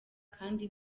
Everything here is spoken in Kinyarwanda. kandi